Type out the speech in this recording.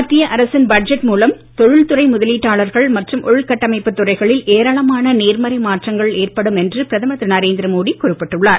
மத்திய அரசின் பட்ஜெட் மூலம் தொழில்துறை முதலீட்டாளர்கள் மற்றும் உள்கட்டமைப்பு துறைகளில் ஏராளமான நேர்மறை மாற்றங்கள் ஏற்படும் என்று பிரதமர் திரு நரேந்திரமோடி குறிப்பிட்டுள்ளார்